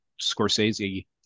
Scorsese